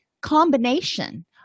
combination